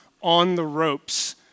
on-the-ropes